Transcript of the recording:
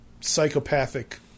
psychopathic